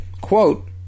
quote